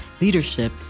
leadership